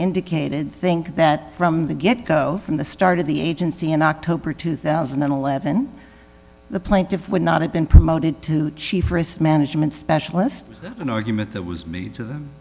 indicated think that from the get go from the start of the agency in october two thousand and eleven the plaintiff would not have been promoted to chief risk management specialist an argument that was made to them